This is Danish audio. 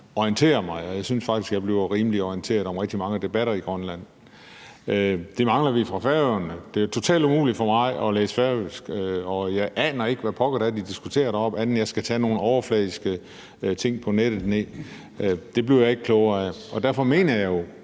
faktisk, at jeg bliver rimelig godt orienteret om rigtig mange debatter i Grønland. Det mangler vi fra Færøerne. Det er totalt umuligt for mig at læse færøsk, og jeg aner ikke, hvad pokker det er, de diskuterer deroppe, andet end det, jeg kan læse fra nogle overfladiske ting, jeg har taget ned fra nettet, og det bliver jeg ikke klogere af. Derfor mener jeg jo,